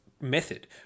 method